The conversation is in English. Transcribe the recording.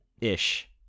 ish